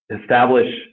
establish